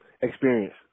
Experience